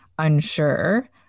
unsure